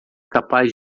capaz